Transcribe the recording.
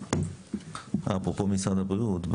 אפרופו משרד הבריאות,